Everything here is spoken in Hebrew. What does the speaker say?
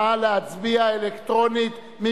נא להצביע אלקטרונית.